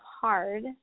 hard